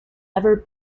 ever